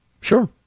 Sure